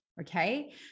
okay